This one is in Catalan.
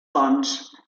ponts